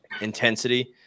intensity